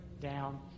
down